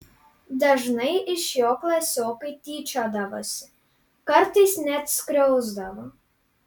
dažnai iš jo klasiokai tyčiodavosi kartais net skriausdavo